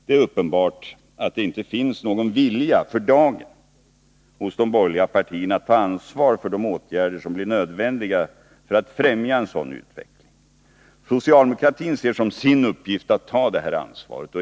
Det är uppenbart att det inte för dagen finns någon vilja hos de borgerliga partierna att ta ansvar för de åtgärder som blir nödvändiga för att främja en sådan utveckling. Socialdemokratin ser som sin uppgift att ta det ansvaret.